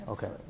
Okay